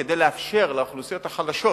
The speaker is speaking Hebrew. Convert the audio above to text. כדי לאפשר לאוכלוסיות החלשות